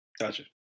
gotcha